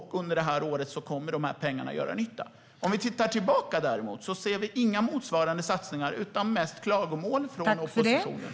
Pengarna kommer att göra nytta under året. Om vi tittar tillbaka ser vi inga motsvarande satsningar utan mest klagomål från oppositionen.